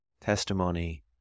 testimony